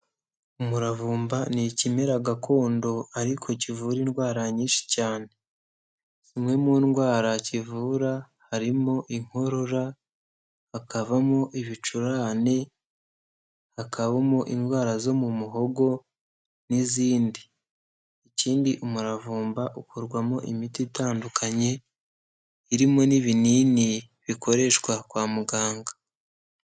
Umuravumba ni ikimera gakondo ariko kivura indwara nyinshi cyane, zimwe mu ndwara kivura, harimo, inkorora, hakabamo ibicurane, hakabamo indwara zo mu muhogo n'izindi, ikindi umuravumba ukorwamo imiti itandukanye, irimo n'ibinini bikoreshwa kwa muganga.